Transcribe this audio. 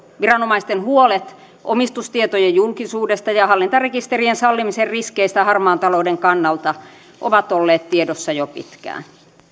viranomaisten huolet omistustietojen julkisuudesta ja hallintarekisterien sallimisen riskeistä harmaan talouden kannalta ovat olleet tiedossa jo pitkään